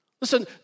Listen